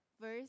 Verse